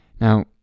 Now